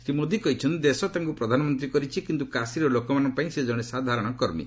ଶ୍ରୀ ମୋଦି କହିଛନ୍ତି ଦେଶ ତାଙ୍କୁ ପ୍ରଧାନମନ୍ତ୍ରୀ କରିଛି କିନ୍ତୁ କାଶିର ଲୋକମାନଙ୍କ ପାଇଁ ସେ ଜଣେ ସାଧାରଣ କର୍ମୀ